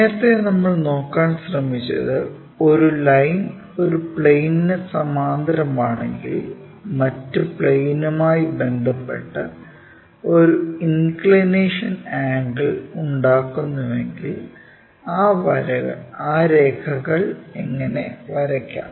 നേരത്തെ നമ്മൾ നോക്കാൻ ശ്രമിച്ചത് ഒരു ലൈൻ ഒരു പ്ലെയിന് സമാന്തരമാണെങ്കിൽ മറ്റ് പ്ലെയിനുമായി ബന്ധപ്പെട്ട് ഒരു ഇൻക്ക്ളിനേഷൻ ആംഗിൾ ഉണ്ടാക്കുന്നുവെങ്കിൽ ആ രേഖകൾ എങ്ങനെ വരയ്ക്കാം